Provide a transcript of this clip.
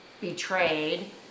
betrayed